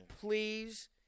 Please